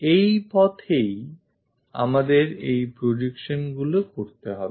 এই পথেই আমাদের এই projectionগুলি তৈরি করতে হবে